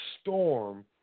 storm